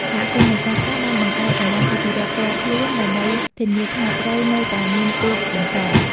សហគមន៍នេសាទខ្លះបានបង្កើត តំបន់អភិរក្ស ផ្ទាល់ខ្លួនដើម្បីធានាថាត្រីនៅតែមានពូជបន្ត។